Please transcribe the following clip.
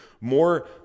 More